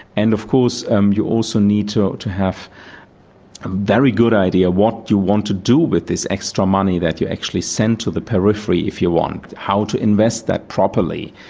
and of course um you also need to to have a very good idea what you want to do with this extra money that you actually send to the periphery, if you want how to invest that properly,